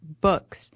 Books